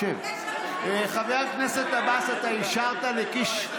חבר הכנסת עבאס, אתה אישרת לקיש?